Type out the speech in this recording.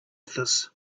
this